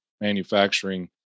manufacturing